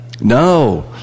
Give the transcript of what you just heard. No